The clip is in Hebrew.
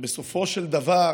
שבסופו של דבר